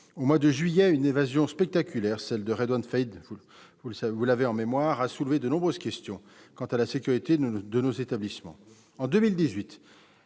Au mois de juillet, une évasion spectaculaire, celle de Rédoine Faïd, a soulevé de nombreuses questions quant à la sécurité de nos établissements